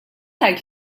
tgħid